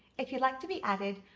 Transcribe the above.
if you'd like to be added,